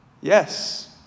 yes